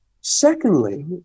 Secondly